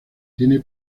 tiene